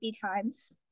times